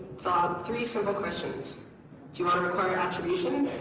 thought three set of questions do you want to require attribution?